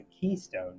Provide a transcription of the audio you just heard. keystone